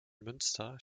münster